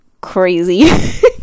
crazy